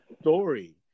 story